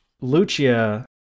Lucia